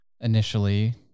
initially